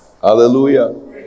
hallelujah